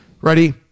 ready